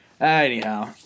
Anyhow